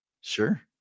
Sure